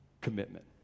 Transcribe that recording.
Commitment